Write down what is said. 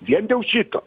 vien dėl šito